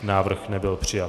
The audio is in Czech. Návrh nebyl přijat.